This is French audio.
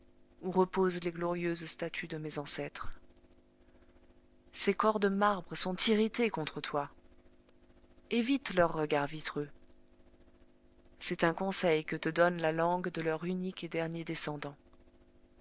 où reposent les glorieuses statues de mes ancêtres ces corps de marbre sont irrités contre toi évite leurs regards vitreux c'est un conseil que te donne la langue de leur unique et dernier descendant